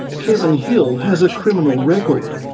kevin hill has a criminal record,